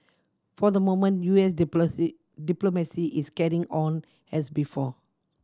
for the moment U S diplomacy is carrying on as before